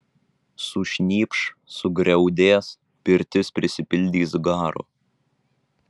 sušnypš sugriaudės pirtis prisipildys garo